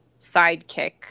sidekick